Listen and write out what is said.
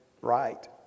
right